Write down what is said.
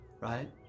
Right